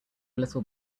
little